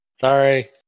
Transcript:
Sorry